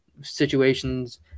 situations